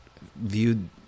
viewed